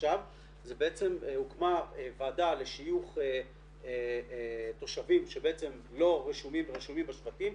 עכשיו זה בעצם הוקמה ועדה לשיוך תושבים שלא רשומים בשבטים.